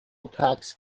tax